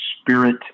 spirit